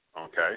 Okay